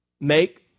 make